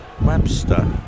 Webster